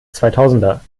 zweitausender